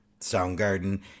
Soundgarden